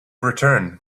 return